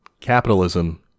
capitalism